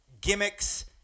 gimmicks